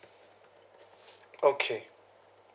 okay